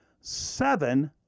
seven